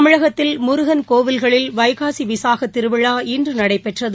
தமிழகத்தில் முருகன் கோவில்களில் வைகாசி விசாகத் திருவிழா இன்று நடைபெற்றது